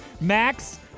Max